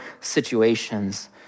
situations